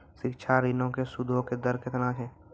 शिक्षा ऋणो के सूदो के दर केतना छै?